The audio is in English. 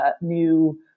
new